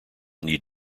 need